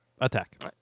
Attack